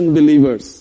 believers